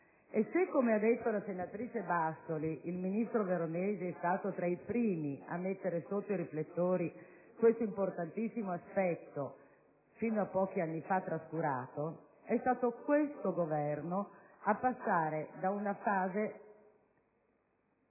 Se, come ha detto la senatrice Bassoli, il ministro Veronesi è stato tra i primi a mettere sotto i riflettori questo importantissimo aspetto, fino a pochi anni fa trascurato, è stato questo Governo a passare ad una fase